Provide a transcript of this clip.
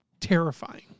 terrifying